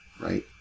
right